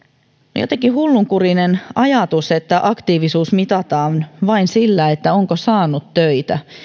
on jotenkin hullunkurinen ajatus että aktiivisuus mitataan vain sillä onko saanut töitä